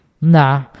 Nah